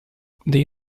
they